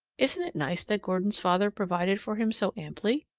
isn't it nice that gordon's father provided for him so amply,